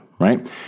right